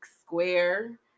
square